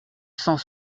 cent